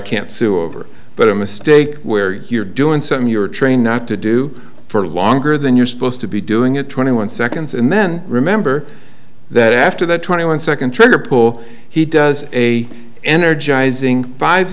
can't sue over but a mistake where you're doing something you're trained not to do for longer than you're supposed to be doing it twenty one seconds and then remember that after that twenty one second trigger pull he does a energizing